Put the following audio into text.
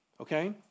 okay